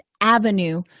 avenue